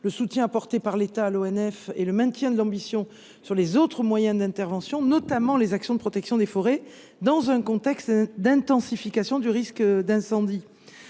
l’Office national des forêts (ONF) et le maintien de l’ambition sur les autres moyens d’intervention, notamment les actions de protection des forêts, dans un contexte d’intensification du risque incendie.